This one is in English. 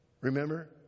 Remember